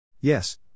Yes